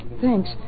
thanks